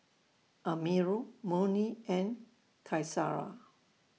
Amirul Murni and Qaisara